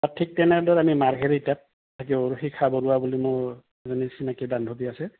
তাত ঠিক তেনেদৰে আমি মাৰ্ঘেৰিটাত থাকিব পাৰিব শিখা বৰুৱা বুলি মোৰ এজনী চিনাকি বান্ধৱী আছে